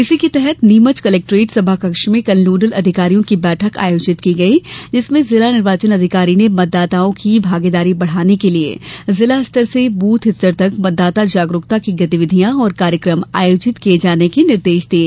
इसी के तहत नीमच कलेक्ट्रेट सभाकक्ष में कल नोडल अधिकारियों की बैठक आयोजित की गई जिसमें जिला निर्वाचन अधिकारी ने मतदाताओं की भागीदारी बढाने के लिए जिलास्तर से बूथ तक मतदाता जागरूकता की गतिविधियां और कार्यक्रम आयोजित किए जाने को निर्देश दिये